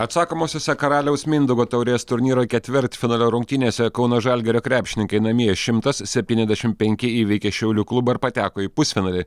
atsakomosiose karaliaus mindaugo taurės turnyro ketvirtfinalio rungtynėse kauno žalgirio krepšininkai namie šimtas septyniasdešimt penki įveikė šiaulių klubą ir pateko į pusfinalį